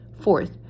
Fourth